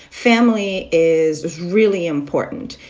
family is really important.